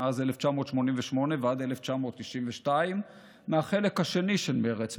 מ-1988 ועד 1992 מהחלק השני של מרצ,